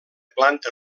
planta